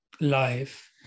life